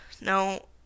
No